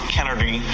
Kennedy